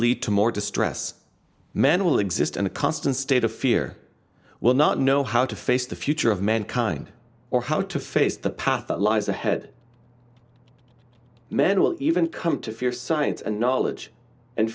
lead to more distress men will exist in a constant state of fear will not know how to face the future of mankind or how to face the path that lies ahead men will even come to fear science and knowledge and